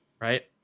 right